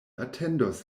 atendos